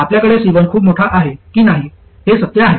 आपल्याकडे C1 खूप मोठा आहे की नाही हे सत्य आहे